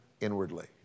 inwardly